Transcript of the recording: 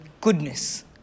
goodness